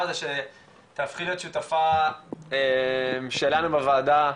זה שתהפכי להיות שותפה שלנו בוועדה,